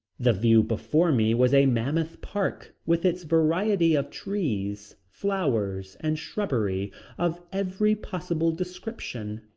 the view before me was a mammoth park with its variety of trees, flowers and shrubbery of every possible description.